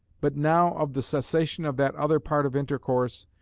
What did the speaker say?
but now of the cessation of that other part of intercourse,